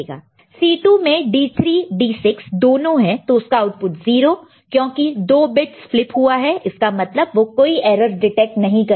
C2 में D3 D6 दोनों हैं तो उसका आउटपुट 0 क्योंकि 2 बिट्स फ्लिप हुआ है इसका मतलब वह कोई एरर डिटेक्ट नहीं करेगा